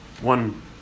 one